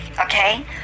okay